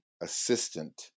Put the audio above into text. assistant